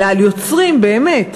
אלא על יוצרים באמת,